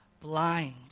blind